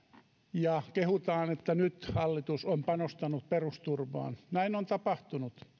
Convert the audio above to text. ja kehutaan että nyt hallitus on panostanut perusturvaan näin on tapahtunut